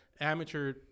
amateur